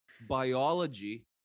biology